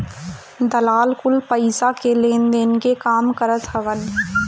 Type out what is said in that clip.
दलाल कुल पईसा के लेनदेन के काम करत हवन